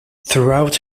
throughout